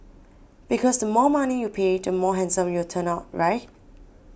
because the more money you pay the more handsome you turn out right